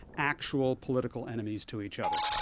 actual political enemies to each other.